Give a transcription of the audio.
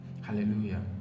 Hallelujah